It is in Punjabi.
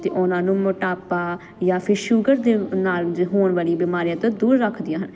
ਅਤੇ ਉਹਨਾਂ ਨੂੰ ਮੋਟਾਪਾ ਜਾਂ ਫਿਰ ਸ਼ੂਗਰ ਦੇ ਨਾਲ ਹੋਣ ਵਾਲੀ ਬਿਮਾਰੀਆਂ ਤੋਂ ਦੂਰ ਰੱਖਦੀਆਂ ਹਨ